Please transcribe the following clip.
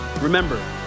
Remember